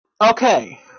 Okay